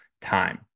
time